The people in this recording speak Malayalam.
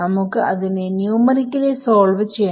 നമുക്ക് അതിനെ ന്യൂമറിക്കലി സോൾവ് ചെയ്യണം